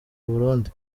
burundi